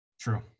True